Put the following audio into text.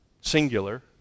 Singular